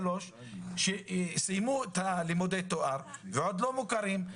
שלוש סיימו את לימודי התואר ועוד לא מוכרים.